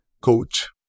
coach